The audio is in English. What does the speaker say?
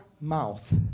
mouth